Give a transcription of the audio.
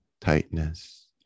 tightness